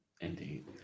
Indeed